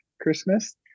Christmas